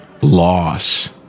loss